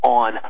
on